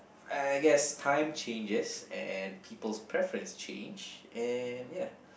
I guess time changes and people's preference change and ya